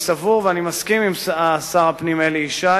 אני סבור שכאשר מעלים תשומות,